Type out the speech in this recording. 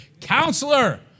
counselor